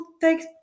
take